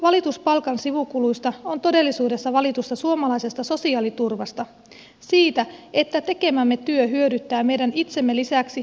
valitus palkan sivukuluista on todellisuudessa valitusta suomalaisesta sosiaaliturvasta siitä että tekemämme työ hyödyttää meidän itsemme lisäksi myös yhteiskuntaa